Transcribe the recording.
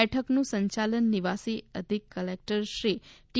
બેઠકનુ સંચાલન નિવાસી અધિક કલેકટર શ્રી ટી